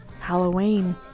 Halloween